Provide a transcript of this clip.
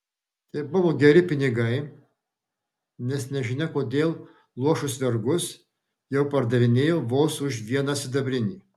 tai buvo geri pinigai nes nežinia kodėl luošus vergus jau pardavinėjo vos už vieną sidabrinį